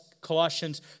Colossians